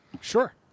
Sure